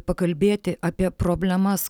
pakalbėti apie problemas